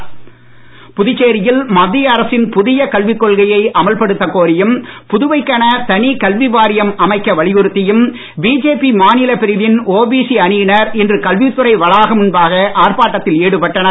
Puducherry BJP புதுச்சேரியில் மத்திய அரசின் புதியக் கல்விக் கொள்கையை அமல்படுத்தக் கோரியும் புதுவைக்கென தனிக் கல்வி வாரியம் அமைக்க வலியுறுத்தியும் பிஜேபி மாநில பிரிவின் ஓபிசி அணியினர் இன்று கல்வித்துறை வளாகம் முன்பாக ஆர்ப்பாட்டத்தில் ஈடுபட்டனர்